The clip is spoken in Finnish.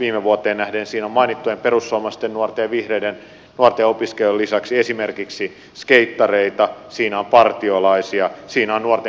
viime vuoteen nähden niin siinä on mainittujen perussuomalaisten nuorten ja vihreiden nuorten ja opiskelijoiden lisäksi esimerkiksi skeittareita siinä on partiolaisia siinä on nuorten kuoroliittoa